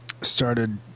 started